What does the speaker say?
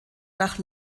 nach